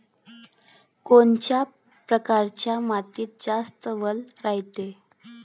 कोनच्या परकारच्या मातीत जास्त वल रायते?